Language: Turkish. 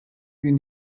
gün